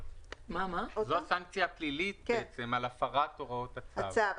זו סנקציה פלילית בעצם על הפרת הוראות הצו.